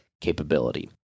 capability